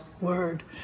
Word